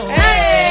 hey